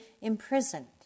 imprisoned